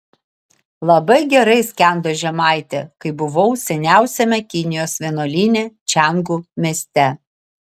labai gerai skendo žemaitė kai buvau seniausiame kinijos vienuolyne čiangu mieste